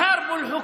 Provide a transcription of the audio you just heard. מותר לו,